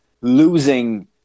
losing